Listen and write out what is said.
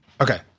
Okay